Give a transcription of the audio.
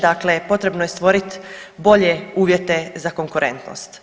Dakle potrebno je stvori bolje uvjete za konkurentnost.